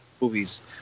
movies